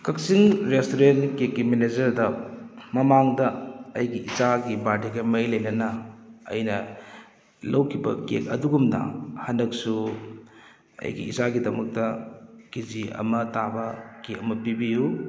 ꯀꯛꯆꯤꯡ restaurant ꯛꯦ ꯛꯦ ꯃꯦꯅꯦꯖꯔꯗ ꯃꯃꯥꯡꯗ ꯑꯩꯒꯤ ꯏꯆꯥꯒꯤ ꯕꯥꯔꯗꯦꯒ ꯃꯔꯤ ꯂꯩꯅꯅ ꯑꯩꯅ ꯂꯧꯈꯤꯕ ꯀꯦꯛ ꯑꯗꯨꯒꯨꯝꯅ ꯍꯟꯗꯛꯁꯨ ꯑꯩꯒꯤ ꯏꯆꯥꯒꯤꯗꯃꯛꯇ ꯀꯦ ꯖꯤ ꯑꯃ ꯇꯥꯕ ꯀꯦꯛ ꯑꯃ ꯄꯤꯕꯤꯎ